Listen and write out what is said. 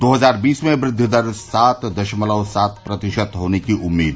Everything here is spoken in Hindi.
दो हजार बीस में वृद्धि दर सात दशमलव सात प्रतिशत होने की उम्मीद